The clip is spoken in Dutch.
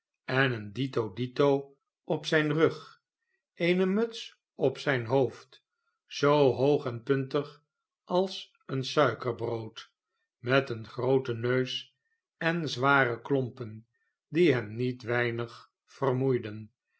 en een dito dito op zijn rug eene muts op zijn hoofd zoo hoog en puntig als een suikerbrood met een grootenneus en zware klompen die hem niet weinig vermoeiden